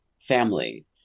family